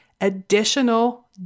additional